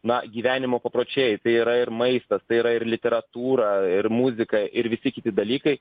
na gyvenimo papročiai tai yra ir maistas tai yra ir literatūra ir muzika ir visi kiti dalykai